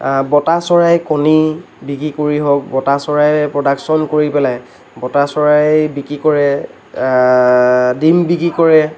বটা চৰাইৰ কণী বিক্ৰী কৰি হওক বটা চৰাইৰ প্ৰডাকচন কৰি পেলাই বটা চৰাই বিক্ৰী কৰে ডিম বিক্ৰী কৰে